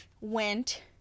went